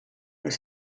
del